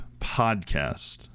Podcast